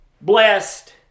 blessed